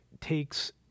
takes